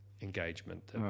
engagement